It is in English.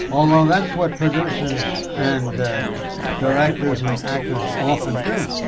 um um that's what producers and directors and actors often do.